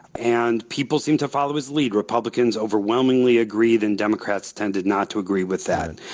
and people seemed to follow his lead. republicans overwhelmingly agreed, and democrats tended not to agree with that.